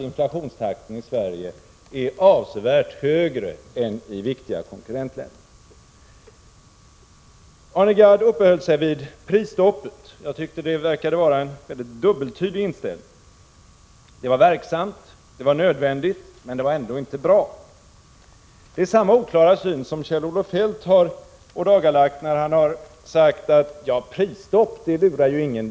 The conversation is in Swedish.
Inflationstakten i Sverige är avsevärt högre än i viktiga konkurrentländer. Arne Gadd uppehöll sig vid prisstoppet. Jag tyckte att hans inställning var dubbeltydig: prisstoppet var nödvändigt och verksamt, men ändå inte bra. Det är samma oklara syn som Kjell-Olof Feldt har ådagalagt när han har sagt att ingen längre luras av ett prisstopp.